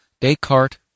Descartes